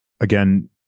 again